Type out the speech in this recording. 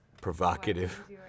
provocative